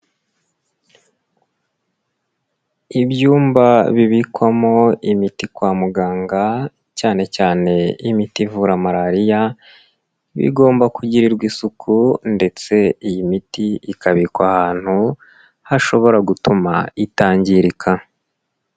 Ibyumba bibikwamo imiti kwa muganga cyane cyane imiti ivura malariya, bigomba kugirirwa isuku ndetse iyi miti ikabikwa ahantu hashobora gutuma itangirika.